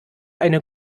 eine